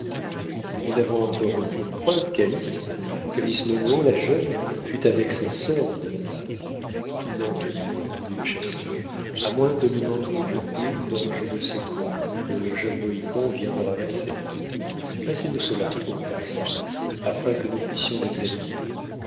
mais nous n'avons encore aucune preuve qu'alice que miss munro la jeune fût avec sa sœur dit duncan non répondit le chasseur à moins que nous n'en trouvions une dans je ne sais quoi que le jeune mohican vient de ramasser passez nous cela uncas afin que nous puissions l'examiner